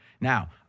Now